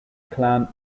clan